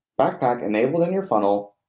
backpack enabled in your funnel,